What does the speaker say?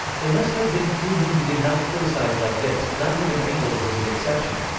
there must have been few whom he did not criticize like this, not even engels was an exception.